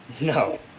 No